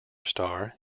star